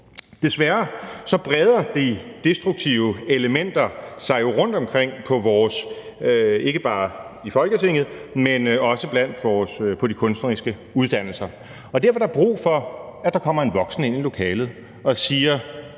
Desværre breder de destruktive elementer sig jo rundtomkring og ikke bare i Folketinget, men også på de kunstneriske uddannelser, og derfor er der brug for, at der kommer en voksen ind i lokalet og siger: